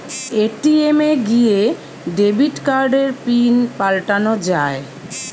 ATM এ গিয়ে debit কার্ডের পিন পাল্টানো যায়